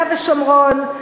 נפתח את יהודה ושומרון,